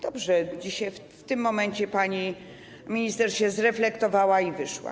Dobrze, że w tym momencie pani minister się zreflektowała i wyszła.